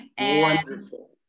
Wonderful